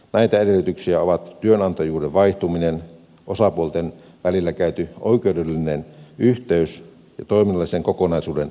näitä edellytyksiä ovat työnantajuuden vaihtuminen osapuolten välillä käyty oikeudellinen yhteys ja toiminnallisen kokonaisuuden luovutus